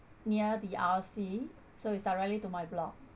near the R_C so is directly to my block